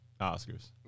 Oscars